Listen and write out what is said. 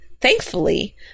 thankfully